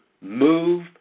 move